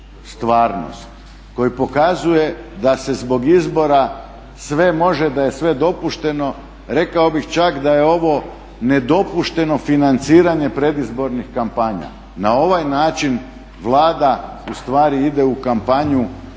stvarnost koji pokazuje da se zbog izbora sve može, da je sve dopušteno, rekao bih čak da je ovo nedopušteno financiranje predizbornih kampanja. Na ovaj način Vlada ustvari ide u kampanju,